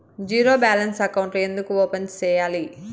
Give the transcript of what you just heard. zero balance అకౌంట్లు ఎందుకు open సేయాలి